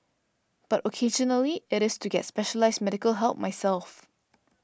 but occasionally it is to get specialised medical help myself